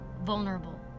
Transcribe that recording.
vulnerable